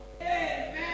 Amen